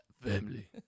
Family